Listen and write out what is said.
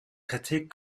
kritik